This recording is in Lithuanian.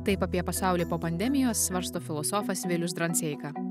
taip apie pasaulį po pandemijos svarsto filosofas vilius dranseika